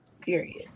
period